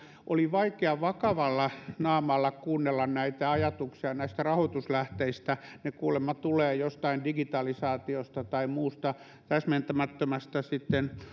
oli vaikea vakavalla naamalla kuunnella näitä ajatuksia näistä rahoituslähteistä ne kuulemma tulevat jostain digitalisaatiosta tai sitten muusta täsmentämättömästä